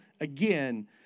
again